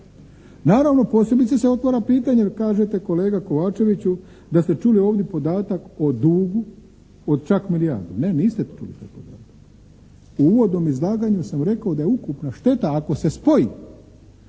Naravno posebice se otvara pitanje jer kažete kolega Kovačeviću da ste čuli ovdje podatak o dugu od čak milijardu. Ne, niste dobro čuli. U uvodnom izlaganju sam rekao da je ukupna šteta ako se spoj